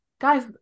guys